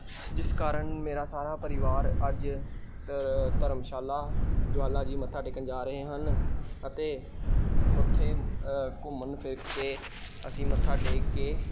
ਜਿਸ ਕਾਰਣ ਮੇਰਾ ਸਾਰਾ ਪਰਿਵਾਰ ਅੱਜ ਧਰਮਸ਼ਾਲਾ ਜੁਆਲਾ ਜੀ ਮੱਥਾ ਟੇਕਣ ਜਾ ਰਹੇ ਹਨ ਅਤੇ ਉੱਥੇ ਘੁੰਮਣ ਫਿਰ ਕੇ ਅਸੀਂ ਮੱਥਾ ਟੇਕ ਕੇ